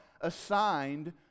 assigned